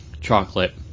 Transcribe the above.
chocolate